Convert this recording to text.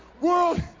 world